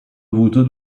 avuto